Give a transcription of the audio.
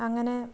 അങ്ങനെ